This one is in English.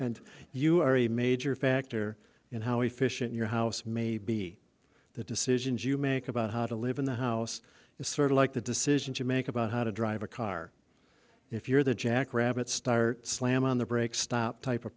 and you are a major factor in how efficient your house may be the decisions you make about how to live in the house it's sort of like the decisions you make about how to drive a car if you're the jack rabbit start slam on the brakes stop type of